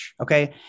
Okay